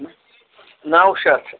نَو شَتھ